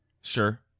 Sure